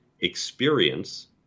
experience